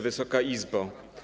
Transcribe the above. Wysoka Izbo!